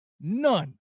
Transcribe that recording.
None